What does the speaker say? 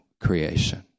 creation